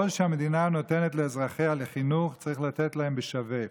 כל שהמדינה נותנת לאזרחיה לחינוך צריך לתת להם שווה.